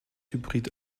hybrid